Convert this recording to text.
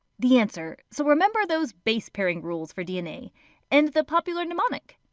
the answer so remember those base pairing rules for dna and the popular mnemonic.